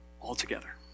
altogether